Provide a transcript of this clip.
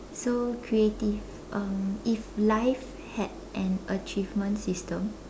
so creative um if life had an achievement system